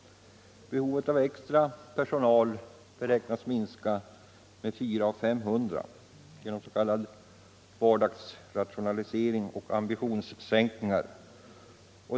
Behovet av extra personal beräknas minska med 400 å 500 genom s.k. vardagsrationalisering och ambitionssänkningar.